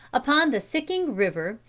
upon the sicking river,